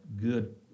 good